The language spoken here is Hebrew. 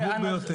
חמור ביותר.